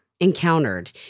encountered